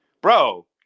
Bro